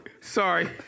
Sorry